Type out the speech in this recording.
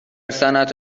صنعت